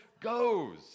goes